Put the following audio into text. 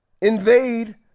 invade